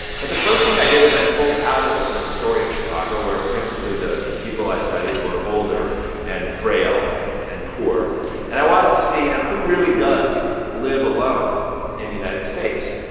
but the first thing i did is i pulled out of the story of chicago was principally the the people i studied were older and frail and poor and i wanted to see, you know, who really does live alone in the united states.